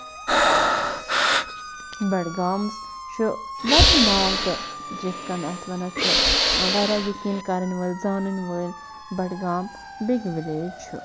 بڈگامَس چھُ واریاہ ناو تہٕ یِتھ کٔنۍ اَتھ وَنان چھُ واریاہ یَقیٖن کَرن وٲلۍ زَنٕنۍ وٲلۍ بڈگام بِگ وِلٮ۪ج چھُ